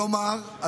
כלומר,